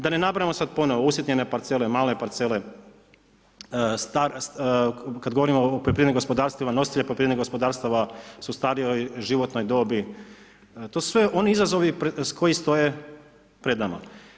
Da ne nabrajamo sada ponovno, usitnjene parcele, male parcele, kada govorimo o poljoprivrednim gospodarstvima, nositelje poljoprivrednih gospodarstava, su u starijoj životnoj dobi, to su sve oni izazovi, koji stoje pred nama.